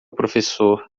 professor